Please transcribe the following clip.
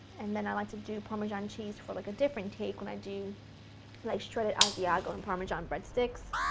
and then i like to do parmesan cheese for like a different take when i do like shredded asiago and parmesan breadsticks,